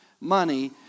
money